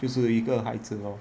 就是一个孩子咯